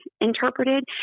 interpreted